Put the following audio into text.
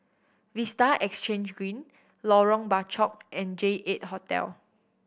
Vista Exhange Green Lorong Bachok and J Eight Hotel